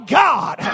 god